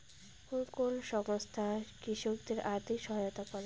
কোন কোন সংস্থা কৃষকদের আর্থিক সহায়তা করে?